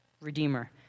Redeemer